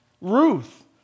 Ruth